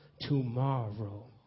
tomorrow